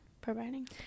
providing